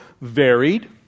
varied